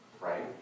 Right